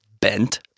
bent